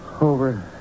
Over